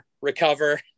recover